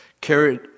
carried